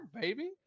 baby